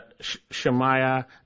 Shemaiah